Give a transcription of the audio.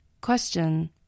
Question